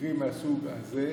במקרים מהסוג הזה,